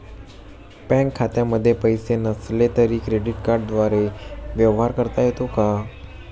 Bank खात्यामध्ये पैसे नसले तरी क्रेडिट कार्डद्वारे व्यवहार करता येतो का?